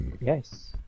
Yes